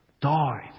died